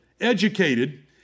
educated